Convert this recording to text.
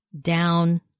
down